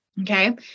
Okay